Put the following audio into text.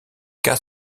cas